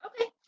Okay